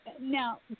now